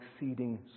exceeding